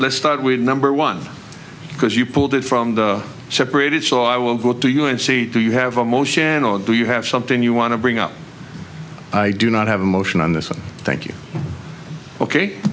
let's start with number one because you pulled it from the separated so i will go to you and see do you have a motion or do you have something you want to bring up i do not have a motion on this thank you ok